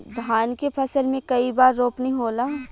धान के फसल मे कई बार रोपनी होला?